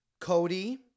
Cody